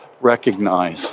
recognize